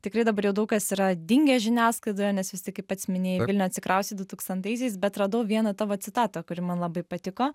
tikrai dabar jau daug kas yra dingę žiniasklaidoje nes vis tik kaip pats minėjai į vilnių atsikraustė dutūkstantaisiais bet radau viena tavo citata kuri man labai patiko